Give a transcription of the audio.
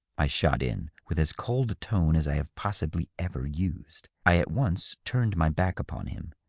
i shot in, with as cold a tone as i have possibly ever used. i at once turned my back upon him.